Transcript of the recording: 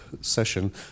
session